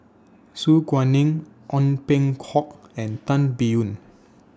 Su Guaning Ong Peng Hock and Tan Biyun